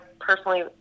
personally